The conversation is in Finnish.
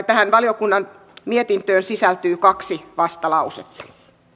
tähän valiokunnan mietintöön sisältyy kaksi vastalausetta